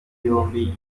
yombi